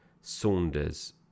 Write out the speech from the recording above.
Saunders